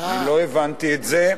אני לא הבנתי את זה.